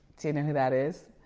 do you know who that is?